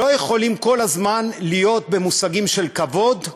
לא יכולים כל הזמן להיות במושגים של כבוד,